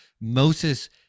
Moses